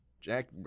Jack